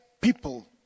people